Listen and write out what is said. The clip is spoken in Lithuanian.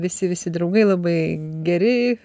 visi visi draugai labai geri